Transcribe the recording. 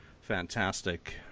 fantastic